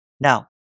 Now